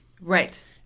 Right